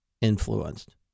influenced